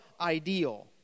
Ideal